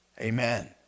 Amen